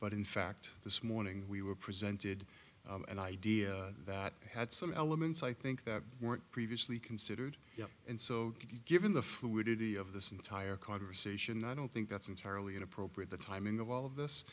but in fact this morning we were presented an idea that had some elements i think that weren't previously considered yeah and so given the fluidity of this entire conversation i don't think that's entirely inappropriate the timing of all of this